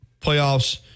playoffs